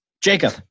jacob